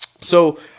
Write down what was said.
So-